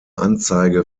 anzeige